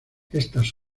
estas